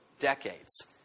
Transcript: decades